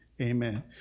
amen